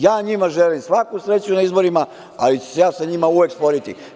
Ja njima želim svaku sreću na izborima, ali ću se ja sa njima uvek sporiti.